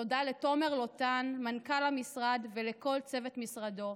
תודה לתומר לוטן, מנכ"ל המשרד, ולכל צוות משרדו.